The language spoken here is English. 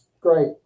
great